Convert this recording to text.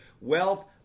Wealth